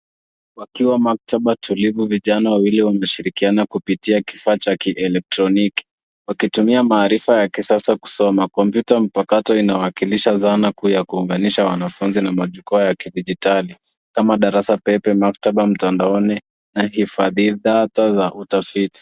Wakiwa maktaba tulivu, vijana wawili wanashirikiana kupitia kifaa cha elektroniki wakitumia maarifa ya kisasa kusoma. Kompyuta mpakato inawakilisha zana kuu ya kuwaunganisha wanafunzi na majukwaa ya kidijitali kama darasa pepe, maktaba mtandaoni na uhifadhi data za utafiti.